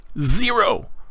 zero